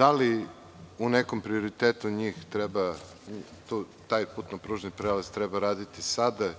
da li u nekom prioritetu taj putno-pružni prelaz treba raditi sada